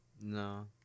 No